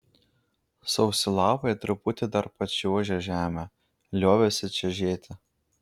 sausi lapai truputį dar pačiuožę žeme liovėsi čežėti